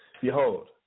Behold